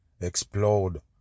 explode